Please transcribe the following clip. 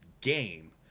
game